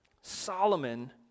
Solomon